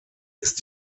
ist